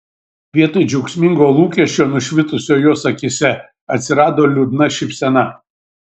vietoj džiaugsmingo lūkesčio nušvitusio jos akyse atsirado liūdna šypsena